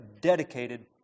dedicated